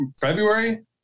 February